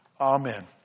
Amen